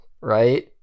Right